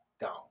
gone